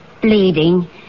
bleeding